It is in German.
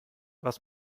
was